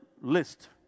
list